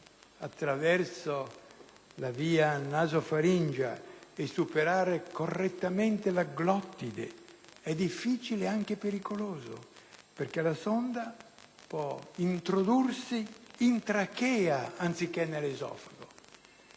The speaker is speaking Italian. attraverso la via nasofaringea e superare correttamente la glottide è difficile e anche pericoloso: la sonda può introdursi in trachea anziché nell'esofago